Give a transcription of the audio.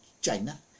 China